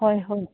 ꯍꯣꯏ ꯍꯣꯏ